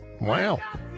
Wow